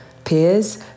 peers